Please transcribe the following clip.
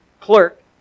clerk